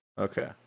Okay